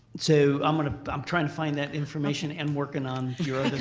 so i'm and i'm trying to find that information and working on your